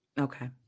Okay